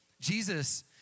Jesus